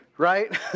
right